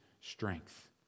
strength